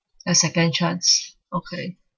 a second chance okay